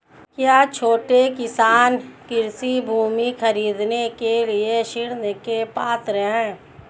क्या छोटे किसान कृषि भूमि खरीदने के लिए ऋण के पात्र हैं?